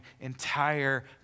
entire